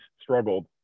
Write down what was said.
struggled